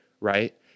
right